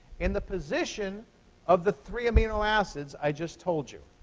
in the position of the three amino acids i just told you.